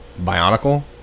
Bionicle